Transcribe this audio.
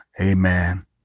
amen